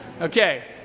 Okay